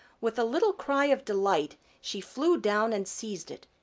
with a little cry of delight she flew down and seized it.